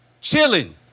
chilling